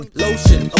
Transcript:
lotion